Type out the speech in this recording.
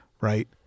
Right